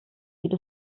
sieht